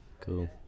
Cool